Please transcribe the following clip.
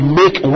make